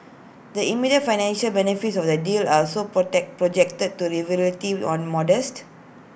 the immediate financial benefits of the deal are so protect projected to relative or modest